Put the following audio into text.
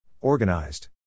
Organized